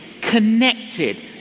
connected